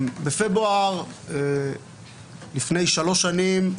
בפברואר לפני שלוש שנים,